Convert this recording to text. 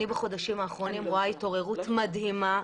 בחודשים האחרונים אני רואה התעוררות מדהימה,